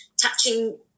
touching